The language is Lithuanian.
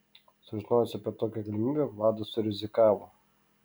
sužinojęs apie tokią galimybę vladas surizikavo